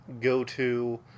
go-to